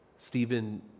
Stephen